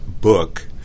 book